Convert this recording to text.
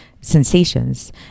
sensations